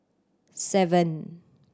seven